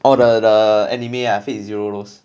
oh the the anime ah fate zero rules